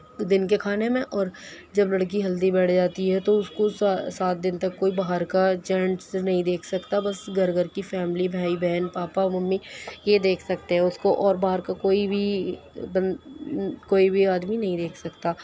تو دِن کے کھانے میں اور جب لڑکی ہلدی بیٹھ جاتی ہے تو اُس کو سا سات دِن تک کوئی باہر کا جینٹس نہیں دیکھ سکتا بس گھر گھر کی فیملی بھائی بہن پاپا ممی یہ دیکھ سکتے ہیں اُس کو اور باہر کا کوئی بھی بن کوئی بھی آدمی نہیں دیکھ سکتا